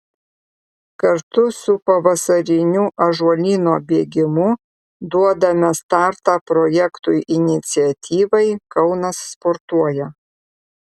kartu su pavasariniu ąžuolyno bėgimu duodame startą projektui iniciatyvai kaunas sportuoja